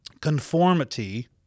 Conformity